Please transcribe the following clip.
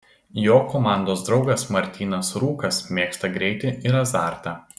jo komandos draugas martynas rūkas mėgsta greitį ir azartą